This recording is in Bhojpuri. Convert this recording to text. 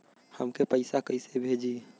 हमके पैसा कइसे भेजी?